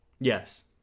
Yes